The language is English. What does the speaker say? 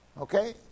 Okay